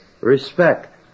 respect